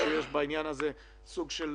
זה סוג של